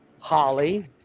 Holly